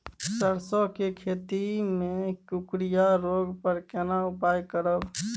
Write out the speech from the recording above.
सरसो के खेती मे कुकुरिया रोग पर केना उपाय करब?